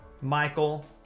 Michael